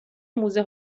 موزه